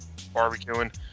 barbecuing